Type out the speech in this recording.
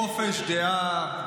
חופש דעה,